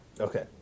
Okay